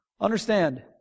Understand